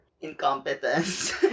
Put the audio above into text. incompetence